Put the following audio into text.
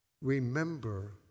Remember